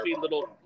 little